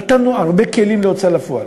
נתנו הרבה כלים להוצאה לפועל.